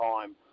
time